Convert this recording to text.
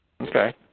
Okay